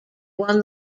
won